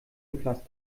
gefasst